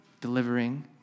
delivering